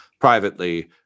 privately